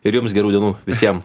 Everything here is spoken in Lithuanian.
ir jums gerų dienų visiem